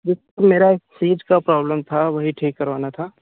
जी sir मेरा fridge का problem था वही ठीक करवाना था